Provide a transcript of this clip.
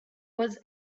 was